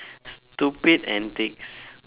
stupid antics